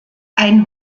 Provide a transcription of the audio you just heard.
ein